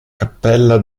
cappella